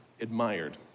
admired